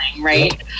Right